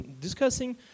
discussing